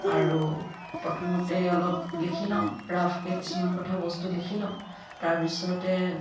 আৰু প্ৰথমতে অলপ লিখি লওঁ ৰাফকৈ কিছুমান কথা বস্তু লিখি লওঁ তাৰপিছতে